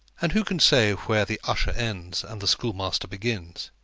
and who can say where the usher ends and the schoolmaster begins?